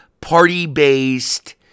party-based